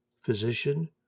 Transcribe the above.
Physician